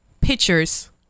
pictures